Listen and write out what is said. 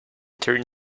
turn